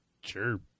Sure